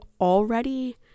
already